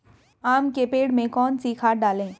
आम के पेड़ में कौन सी खाद डालें?